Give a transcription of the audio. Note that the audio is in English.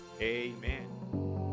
Amen